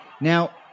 Now